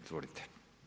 Izvolite.